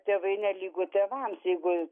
tėvai nelygu tėvams jeigu